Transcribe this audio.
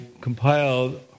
compiled